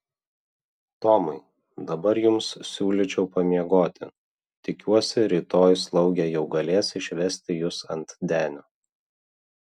tomai dabar jums siūlyčiau pamiegoti tikiuosi rytoj slaugė jau galės išsivesti jus ant denio